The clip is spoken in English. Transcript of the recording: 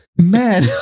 Man